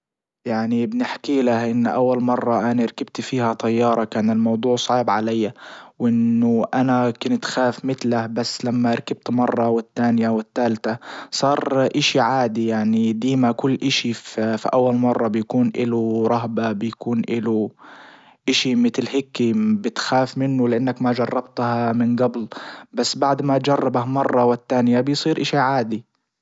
يعني بنحكي لها انه اول مرة انا ركبت فيها طيارة كان الموضوع صعب علي وانه انا كنت خايف متله بس لما ركبت مرة والتانية والتالتة صار اشي عادي يعني ديما كل اشي في اول مرة بكون اله رهبة بيكون اله اشي متل هيكي بتخاف منه لانك ما جربتها من جبل بس بعد ما جربه مرة والتانية بيصير اشي عادي.